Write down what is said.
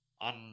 on